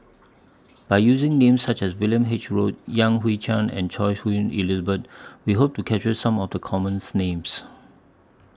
By using Names such as William H Read Yan Hui Chang and Choy Su Moi Elizabeth We Hope to capture Some of The Common Names